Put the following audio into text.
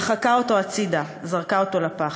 דחקה אותו הצדה, זרקה אותו לפח.